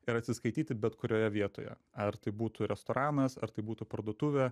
ir atsiskaityti bet kurioje vietoje ar tai būtų restoranas ar tai būtų parduotuvė